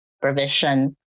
provision